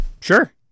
sure